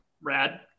Rad